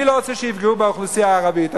אני לא רוצה שיפגעו באוכלוסייה הערבית,